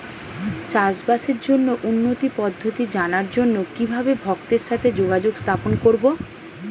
চাষবাসের জন্য উন্নতি পদ্ধতি জানার জন্য কিভাবে ভক্তের সাথে যোগাযোগ স্থাপন করব?